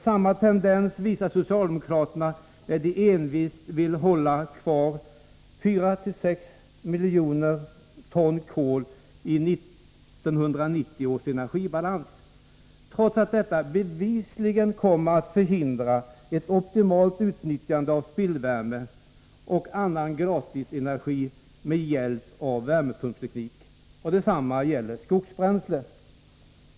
Samma tendenser visar socialdemokraterna när de envist håller fast vid 4-6 miljoner ton kol i 1990 års energibalans, trots att detta bevisligen kommer att förhindra ett optimalt utnyttjande av spillvärme och annan gratisenergi med hjälp av värmepumpsteknik. Detsamma gäller för skogsbränsle.